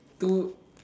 two